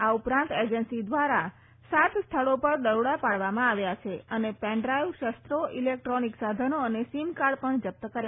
આ ઉપરાંત એજન્સી દ્વારા સાત સ્થળો પર દરોડા પાડવામાં આવ્યા છે અને પેનડ્રાઈવ શસ્ત્રો ઈલેક્ટ્રોનિક સાધનો અને સીમ કાર્ડ પણ જપ્ત કર્યા છે